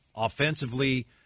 offensively